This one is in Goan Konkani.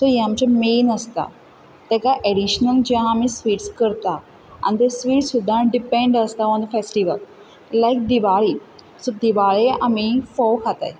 तर हें आमचें मैन आसता तेका एडिशनल जे आमी स्विट्स करता आनी ते स्विट्स सुद्दां डिपेंड आसता on festival like Diwali so दिवाळेक आमी फोव खाताय